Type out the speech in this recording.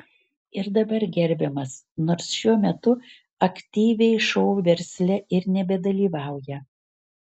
ir dabar gerbiamas nors šiuo metu aktyviai šou versle ir nebedalyvauja